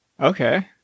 Okay